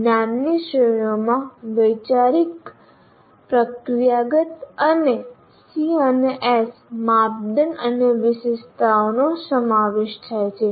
જ્ઞાનની શ્રેણીઓમાં વૈચારિક પ્રક્રિયાગત અને C S માપદંડ અને વિશિષ્ટતાઓ નો સમાવેશ થાય છે